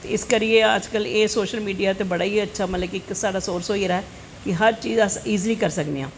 ते इस करियै सोशल मिडिया अज्ज कल बड़ा गै अच्छा इक साढ़ा सोरस होई गेदा ऐ कि हर चीज़ अस इजली करी सकने आं